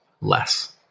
less